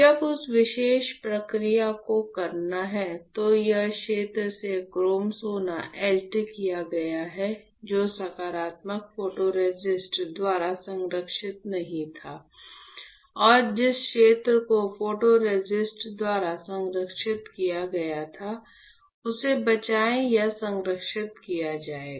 जब उस विशेष प्रक्रिया को करना है तो उस क्षेत्र से क्रोम सोना एचड किया गया है जो सकारात्मक फोटोरेसिस्ट द्वारा संरक्षित नहीं था और जिस क्षेत्र को फोटोरेसिस्ट द्वारा संरक्षित किया गया था उसे बचाया या संरक्षित किया जाएगा